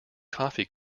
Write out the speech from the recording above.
coffee